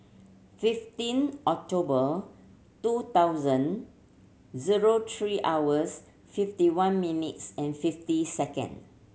fifteen October two thousand zero three hours fifty one minutes and fifty second